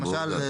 למשל,